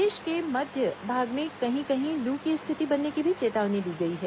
प्रदेश के मध्य भाग में कहीं कहीं लू की स्थिति बनने की भी चेतावनी दी गई है